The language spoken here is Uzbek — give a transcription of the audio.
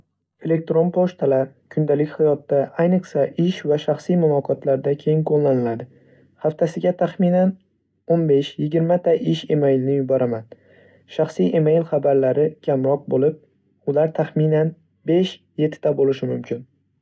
Elektron pochtalar kundalik hayotda, ayniqsa, ish va shaxsiy muloqotlarda keng qo‘llaniladi. Haftasiga taxminan o'n besh-yigirmata ish emailini yuboraman. Shaxsiy email xabarlari kamroq bo‘lib, ular taxminan besh-yettita bo‘lishi mumkin.